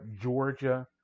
Georgia